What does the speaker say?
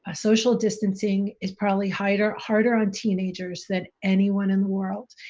ah social distancing is probably harder harder on teenagers than anyone in the world,